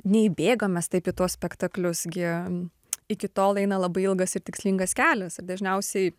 nei bėgom mes taip į tuos spektaklius gi iki tol eina labai ilgas ir tikslingas kelias dažniausiai